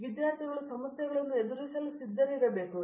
ವಿಶ್ವನಾಥನ್ ಅವರು ಸಮಸ್ಯೆಗಳನ್ನು ಎದುರಿಸಲು ಸಿದ್ಧರಿರಬೇಕು